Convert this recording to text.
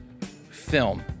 film